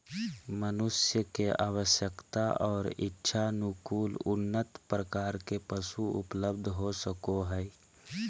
मनुष्य के आवश्यकता और इच्छानुकूल उन्नत प्रकार के पशु उपलब्ध हो सको हइ